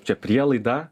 čia prielaidą